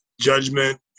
judgment